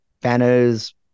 banners